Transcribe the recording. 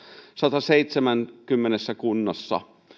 sadassaseitsemässäkymmenessä kunnassa